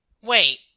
wait